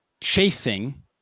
chasing